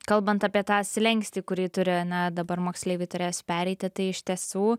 kalbant apie tą slenkstį kurį turi ane dabar moksleiviai turės pereiti tai iš tiesų